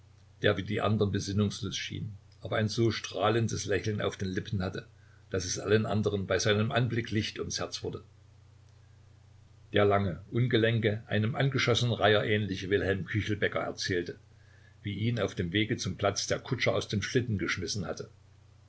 der wie die andern besinnungslos schien aber ein so strahlendes lächeln auf den lippen hatte daß es allen andern bei seinem anblick licht ums herz wurde der lange ungelenke einem angeschossenen reiher ähnliche wilhelm küchelbäcker erzählte wie ihn auf dem wege zum platz der kutscher aus dem schlitten geschmissen hatte